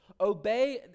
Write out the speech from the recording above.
obey